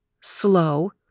slow